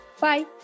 Bye